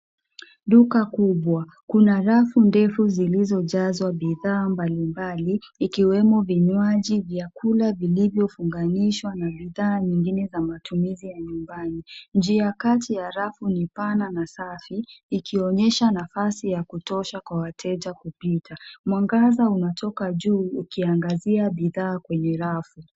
Duka kubwa. Kuna rafu ndefu zilizojazwa bidhaa mbalimbali ikiwemo vvinyaji, vyakula vilivyofunganishwa na bidhaa nyingine za matumizi ya nyumbani. Njia kati ya rafu ni pana na safi ikionyesha nafasi ya kutosha kwa wateja kupita. Mwangaza unatoka juu ukiangazia bidhaa kwenye rafu.